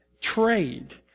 trade